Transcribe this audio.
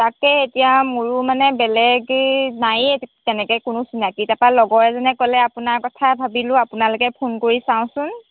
তাকে এতিয়া মোৰো মানে বেলেগ এই নায়েই তেনেকৈ কোনো চিনাকি তাপা লগৰ এজনে ক'লে আপোনাৰ কথা ভাবিলোঁ আপোনালৈকে ফোন কৰি চাওঁচোন